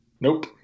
nope